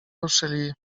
ruszyli